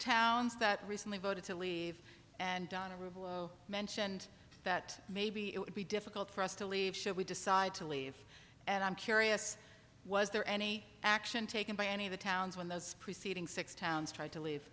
towns that recently voted to leave and mentioned that maybe it would be difficult for us to leave should we decide to leave and i'm curious was there any action taken by any of the towns when those preceding six towns try to l